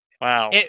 Wow